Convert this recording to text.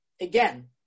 again